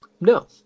No